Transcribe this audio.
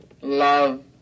love